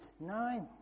nine